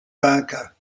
parker